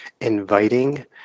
inviting